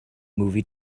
movie